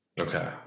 Okay